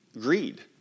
Greed